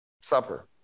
supper